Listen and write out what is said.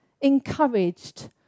encouraged